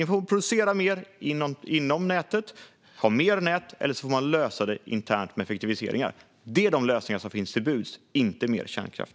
Vi får antingen producera mer inom nätet, ha mer nät eller lösa det internt med effektiviseringar. Det är de lösningar som står till buds, inte mer kärnkraft.